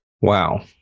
wow